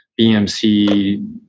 BMC